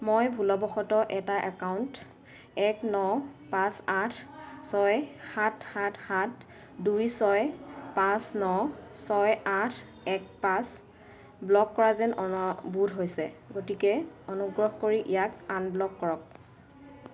মই ভুলবশতঃ এটা একাউণ্ট এক ন পাঁচ আঠ ছয় সাত সাত সাত দুই ছয় পাঁচ ন ছয় আঠ এক পাঁচ ব্লক কৰা যেন বোধ হৈছে গতিকে অনুগ্ৰহ কৰি ইয়াক আনব্লক কৰক